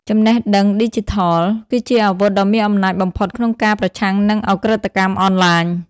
ចំណេះដឹងឌីជីថល គឺជាអាវុធដ៏មានអំណាចបំផុតក្នុងការប្រឆាំងនឹងឧក្រិដ្ឋកម្មអនឡាញ។